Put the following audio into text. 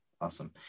awesome